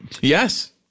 Yes